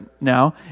now